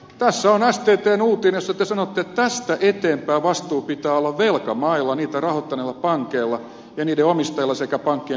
tässä on sttn uutinen jossa te sanotte että tästä eteenpäin vastuun pitää olla velkamailla niitä rahoittaneilla pankeilla ja niiden omistajilla sekä pankkien kotimaiden hallituksilla